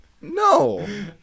No